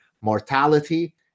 mortality